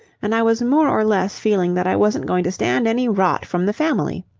and i was more or less feeling that i wasn't going to stand any rot from the family.